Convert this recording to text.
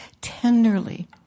tenderly